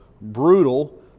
brutal